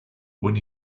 when